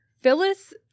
Phyllis